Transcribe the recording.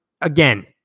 again